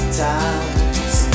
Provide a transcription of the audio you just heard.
towns